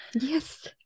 yes